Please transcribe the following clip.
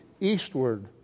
eastward